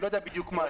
אני לא יודע בדיוק מה.